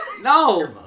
no